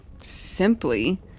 Simply